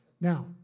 Now